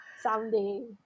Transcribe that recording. someday